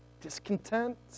discontent